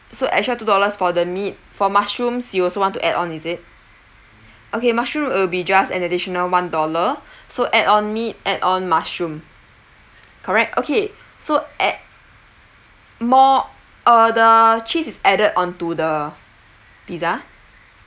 so extra two dollars for the meat for mushrooms you also want to add on is it okay mushroom will be just an additional one dollar so add on meat add on mushroom correct okay so a~ more uh the cheese is added onto the pizza